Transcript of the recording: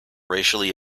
racially